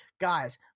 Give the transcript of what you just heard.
guys